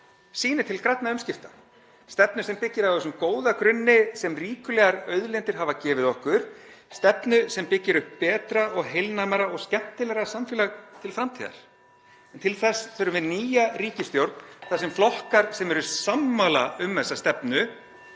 sýnir til grænna umskipta, stefnu sem byggir á þessum góða grunni sem ríkulegar auðlindir hafa gefið okkur, stefnu sem byggir upp betra (Forseti hringir.) og heilnæmara og skemmtilegra samfélag til framtíðar. En til þess þurfum við nýja ríkisstjórn þar sem flokkar sem eru sammála um þessa stefnu